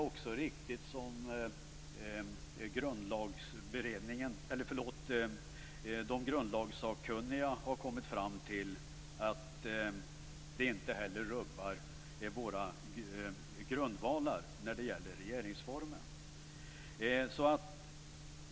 Också det de grundlagssakkunniga har kommit fram till är riktigt, att det inte heller rubbar våra grundvalar när det gäller regeringsformen.